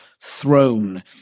throne